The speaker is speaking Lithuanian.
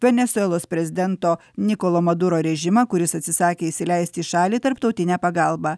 venesuelos prezidento nikolo maduro režimą kuris atsisakė įsileisti į šalį tarptautinę pagalbą